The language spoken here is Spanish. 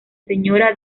señora